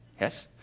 yes